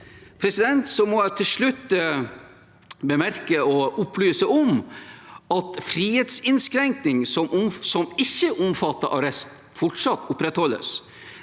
må jeg bemerke og opplyse om at frihetsinnskrenkning som ikke omfatter arrest, fortsatt opprettholdes,